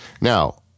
Now